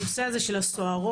הנושא הזה של הסוהרות,